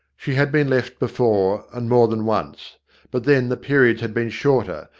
she had been left before, and more than once but then the periods had been shorter,